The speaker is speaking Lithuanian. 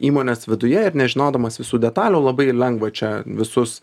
įmonės viduje ir nežinodamas visų detalių labai lengva čia visus